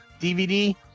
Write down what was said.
DVD